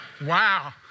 Wow